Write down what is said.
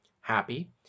happy